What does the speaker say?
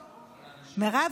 מירב,